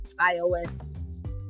ios